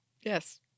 Yes